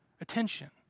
attention